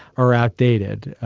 are outdated.